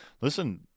listen